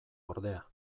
ordea